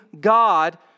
God